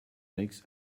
makes